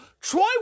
Troy